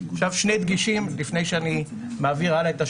שני דגשים לפני שאני מעביר הלאה את השרביט.